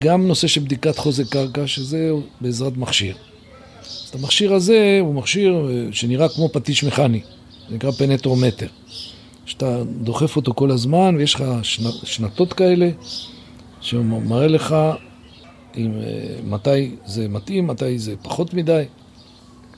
גם נושא של בדיקת חוזה קרקע, שזה בעזרת מכשיר. אז המכשיר הזה הוא מכשיר שנראה כמו פטיש מכני, זה נקרא פנטרומטר. שאתה דוחף אותו כל הזמן ויש לך שנתות כאלה שמראה לך אם מתי זה מתאים, מתי זה פחות מדי.